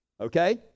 okay